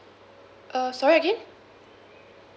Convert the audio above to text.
uh sorry again